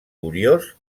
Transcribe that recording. curiós